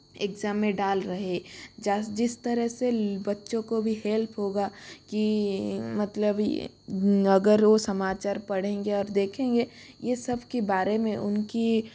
exam में डाल रहे जस जिस तरह से बच्चों को भी हेल्प होगा की मतलब अगर वह समाचार पढ़ेंगे और देखेंगे यह सब के बारे में उनकी